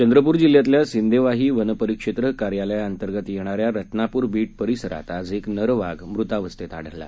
चंद्रपूर जिल्ह्यातल्या सिंदेवाही वनपरिक्षेत्र कार्यालयाअंतर्गत येणाऱ्या रत्नापुर बिट परिसरात आज एक नर वाघ मृतावस्थेत आढळला